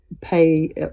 pay